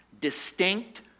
Distinct